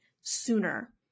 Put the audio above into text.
sooner